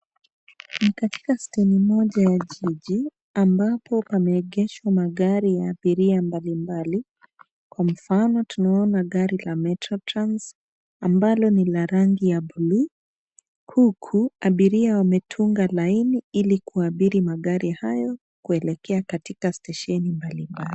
NI katika steni moja ya jiji ambapo pameegeshwa magari ya abiria mbalimbali. Kwa mfano tunaona gari la metro trans ambalo ni la rangi ya buluu huku abiria wametunga laini ili kuabiri magari hayo kuelekea katika stesheni mbalimbali.